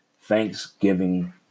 Thanksgiving